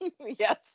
Yes